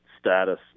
status